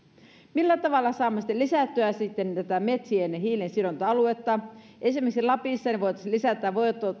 millä tavalla saamme sitten lisättyä tätä metsien hiilensidonta aluetta esimerkiksi lapissa voitaisiin lisätä